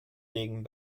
legen